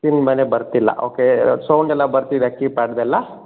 screen ಮೇಲೆ ಬರ್ತಿಲ್ಲ okay sound ಎಲ್ಲ ಬರ್ತಿದೆಯಾ ಕೀಪ್ಯಾಡ್ದೆಲ್ಲ